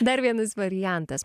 dar vienas variantas